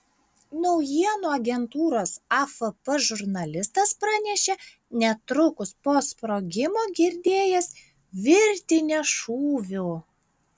naujienų agentūros afp žurnalistas pranešė netrukus po sprogimo girdėjęs virtinę šūvių